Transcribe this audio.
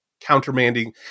Countermanding